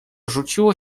rzuciło